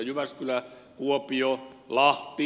jyväskylä kuopio lahti